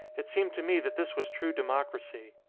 it seemed to me that this was true democracy.